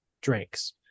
drinks